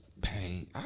Pain